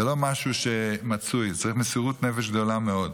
זה לא משהו שמצוי, צריך מסירות נפש גדולה מאוד.